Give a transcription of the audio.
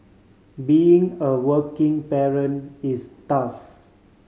being a working parent is tough